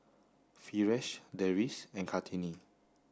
Firash Deris and Kartini